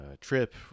trip